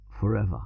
forever